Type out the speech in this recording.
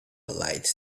light